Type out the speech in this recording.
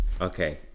Okay